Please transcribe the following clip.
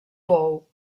pou